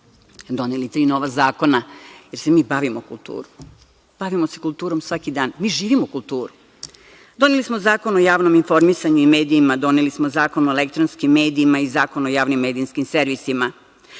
doneli tri nova zakona, jer se mi bavimo kulturom, bavimo se kulturom svaki dan. Mi živimo kulturu. Doneli smo Zakon o javnom informisanju i medijima, doneli smo Zakon o elektronskim medijima i Zakon o javnim medijskim servisima.